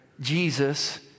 Jesus